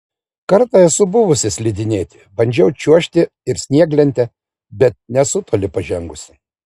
kartą esu buvusi slidinėti bandžiau čiuožti ir snieglente bet nesu toli pažengusi